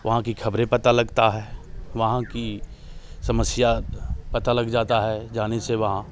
वहाँ की खबरें पता लगता है वहाँ की समस्या पता लग जाता है जाने से वहाँ